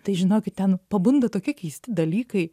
tai žinokit ten pabunda tokie keisti dalykai